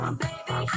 baby